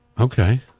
Okay